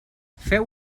feu